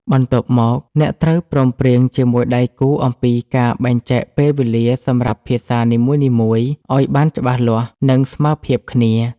បន្ទាប់មក អ្នកត្រូវព្រមព្រៀងជាមួយដៃគូអំពីការបែងចែកពេលវេលាសម្រាប់ភាសានីមួយៗឱ្យបានច្បាស់លាស់ និងស្មើភាពគ្នា។